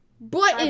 Button